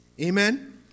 Amen